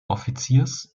offiziers